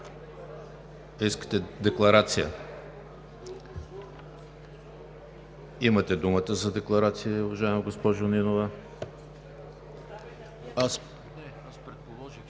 Искате декларация? Имате думата за декларация, уважаема госпожо Нинова. КОРНЕЛИЯ